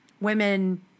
women